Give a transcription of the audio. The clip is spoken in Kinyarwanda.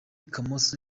kamoso